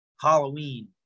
Halloween